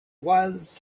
was